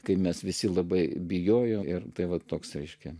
kai mes visi labai bijojo ir tai va toks aiškia